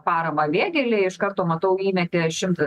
paramą vėgėlei iš karto matau įmetė šimtą